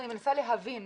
אני מנסה להבין.